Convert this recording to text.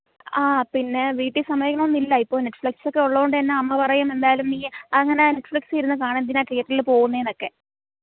ആ പിന്നെ വീട്ടിൽ സമ്മതിക്കണമെന്നില്ല ഇപ്പോൾ നെറ്റ്ഫ്ലിക്സ് ഒക്കെ ഉള്ളതുകൊണ്ട് തന്നെ അമ്മ പറയും എന്തായാലും നീ അങ്ങനെ നെറ്റ്ഫ്ലിക്സിൽ ഇരുന്ന് കാണ് എന്തിനാണ് തീയറ്ററിൽ പോവുന്നത് എന്നൊക്കെ